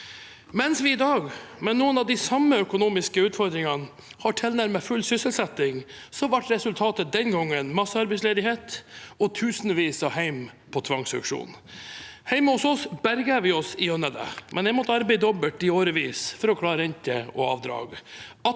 Mens vi i dag med noen av de samme økonomiske utfordringene har tilnærmet full sysselsetting, ble resultatet den gangen massearbeidsledighet og tusenvis av hjem på tvangsauksjon. Hjemme hos oss berget vi oss gjennom det, men jeg måtte arbeide dobbelt i årevis for å klare renter og avdrag.